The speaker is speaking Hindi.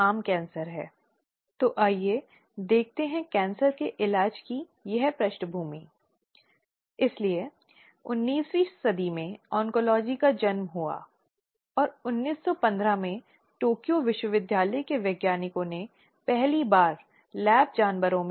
हम जो समझते हैं कि यौन उत्पीड़न एक बहुत ही अपमानजनक और दर्दनाक अनुभव है जहां तक एक महिला का कार्यस्थल में संबंध है